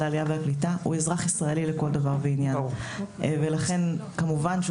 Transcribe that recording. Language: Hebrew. העלייה והקליטה הוא אזרחי ישראלי לכל דבר ועניין ולכן מובן שהוא